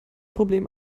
problem